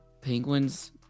penguins